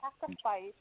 sacrifice